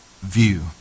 view